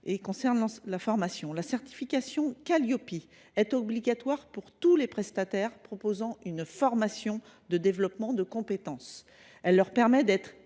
concerne la formation. La certification Qualiopi est obligatoire pour tous les prestataires proposant une formation de développement de compétences. Elle leur permet d’être